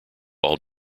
all